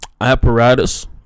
apparatus